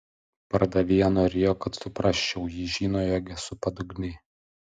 pardavėja norėjo kad suprasčiau ji žino jog esu padugnė